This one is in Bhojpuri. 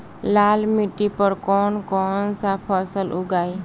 लाल मिट्टी पर कौन कौनसा फसल उगाई?